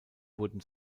wurden